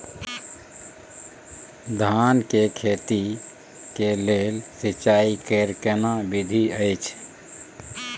धान के खेती के लेल सिंचाई कैर केना विधी अछि?